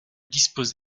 dispose